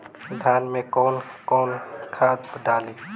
धान में कौन कौनखाद डाली?